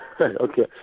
Okay